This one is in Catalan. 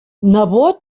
nebot